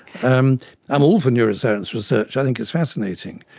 um i'm all for neuroscience research, i think it's fascinating,